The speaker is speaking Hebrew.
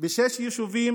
בשישה יישובים